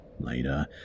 later